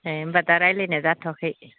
एह होनबा दा रायलानाय जाथ'वाखै